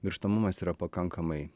mirštamumas yra pakankamai